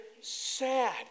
sad